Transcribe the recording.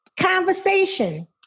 conversation